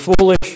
foolish